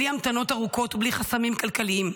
בלי המתנות ארוכות ובלי חסמים כלכליים,